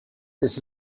this